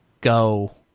go